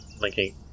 linking